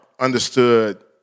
understood